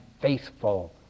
faithful